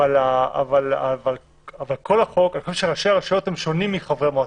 אבל אני חושב שראשי הרשויות הם שונים מחברי המועצה,